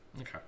Okay